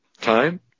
Time